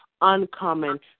uncommon